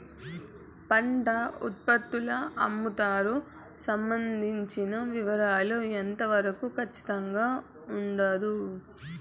పంట ఉత్పత్తుల అమ్ముతారు సంబంధించిన వివరాలు ఎంత వరకు ఖచ్చితంగా ఉండదు?